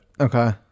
okay